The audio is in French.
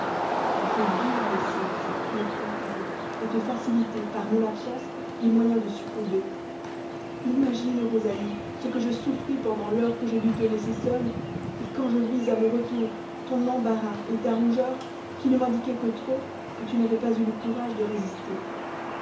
je dus la laisser cette clef fatale et te faciliter par mon absence les moyens de succomber imagine rosalie ce que je souffris pendant l'heure que je dus te laisser seule et quand je vis à mon retour ton embarras et ta rougeur qui ne m'indiquaient que trop que tu n'avais pas eu le courage de résister